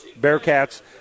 Bearcats